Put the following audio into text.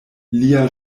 lia